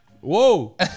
Whoa